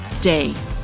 day